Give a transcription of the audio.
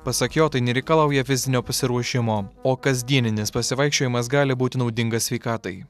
pasak jo tai nereikalauja fizinio pasiruošimo o kasdieninis pasivaikščiojimas gali būti naudingas sveikatai